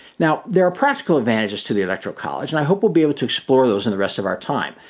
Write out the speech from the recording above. now, there are practical advantages to the electoral college, and i hope we'll be able to explore those in the rest of our time.